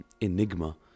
enigma